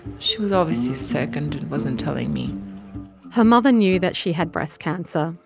she was obviously sick and wasn't telling me her mother knew that she had breast cancer,